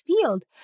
field